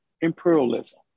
imperialism